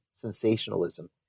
sensationalism